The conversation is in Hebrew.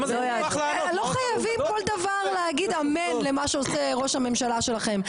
לא חייבים כל דבר להגיד אמן למה שעושה ראש הממשלה שלכם,